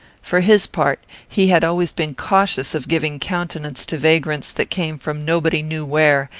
for his part, he had always been cautious of giving countenance to vagrants that came from nobody knew where,